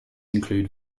include